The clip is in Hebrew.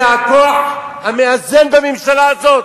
ש"ס בעצם היא הכוח המאזן בממשלה הזאת.